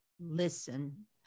listen